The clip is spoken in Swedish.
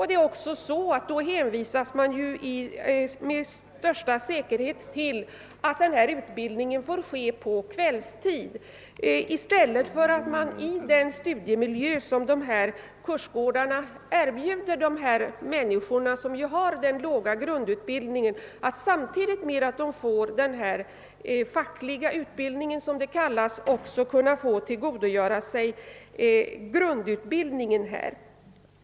Det är också så att de då med största säkerhet blir hänvisade till att genomgå denna utbildning på kvällstid i stället för att de som har denna låga grundutbildning på dagtid får tillgodogöra sig fortsatt grundutbildning samtidigt med den fackliga utbildningen i den studiemiljö som dessa kursgårdar erbjuder.